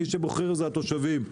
מי שבוחר זה התושבים,